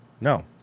no